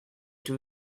two